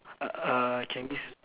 uh can you s~